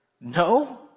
No